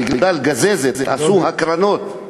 בגלל גזזת עשו הקרנות.